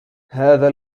هذا